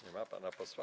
Nie ma pana posła?